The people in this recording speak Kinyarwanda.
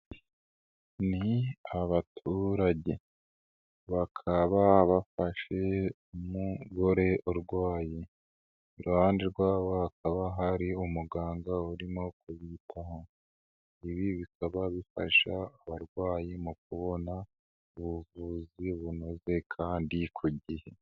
Ni abaturage bakaba bafashe umugore urwaye, iruhande rwabo hakaba hari umuganga urimo kubitaho, ibi bikaba bifasha abarwayi mu kubona ubuvuzi bunoze kandi ku gihe.